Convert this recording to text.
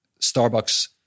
Starbucks